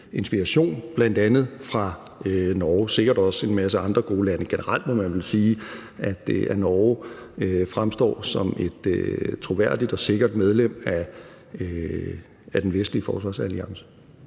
inspiration fra bl.a. Norge og sikkert også en masse andre gode lande. Generelt må man sige, at Norge fremstår som et troværdigt og sikkert medlem af den vestlige forsvarsalliance.